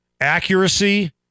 Accuracy